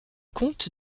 comte